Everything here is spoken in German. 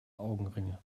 augenringe